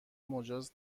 مجاز